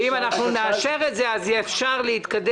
אם אנחנו נאשר את זה אז יהיה אפשר להתקדם.